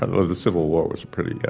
ah the civil war was a pretty yeah